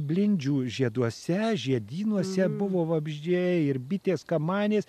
blindžių žieduose žiedynuose buvo vabzdžiai ir bitės kamanės